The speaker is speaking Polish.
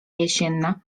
jesienna